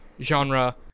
genre